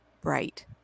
bright